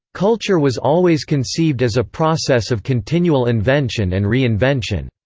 culture was always conceived as a process of continual invention and re-invention.